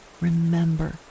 remember